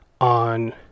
on